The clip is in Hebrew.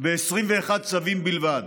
ו-21 צווים בלבד.